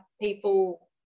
people